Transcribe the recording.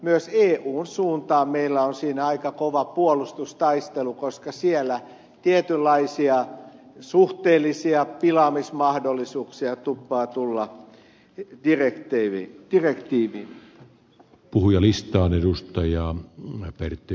myös eun suuntaan meillä on siinä aika kova puolustustaistelu koska siellä tietynlaisia suhteellisia pilaamismahdollisuuksia tuppaatulla jo kiire töihin turkkiin ja tuppaa tulemaan direktiiviin